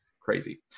crazy